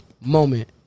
moment